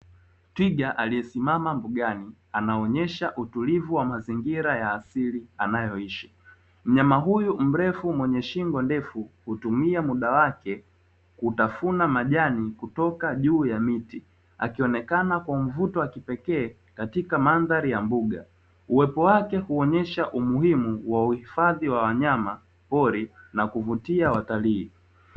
Twiga aliyesimama mbugani anaonyesha utulivu wa mazingira ya asili anayoishi mnyama huyu mrefu mwenye shingo ndefu hutumia muda wake Kutafuna majani kutoka juu ya miti akionekana kwa mvuto wa kipekee katika mandhari ya mbuga uwepo wake Huonyesha umuhimu wa uhifadhi wa wanyama pori na kuvutia watalii